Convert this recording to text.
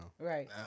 Right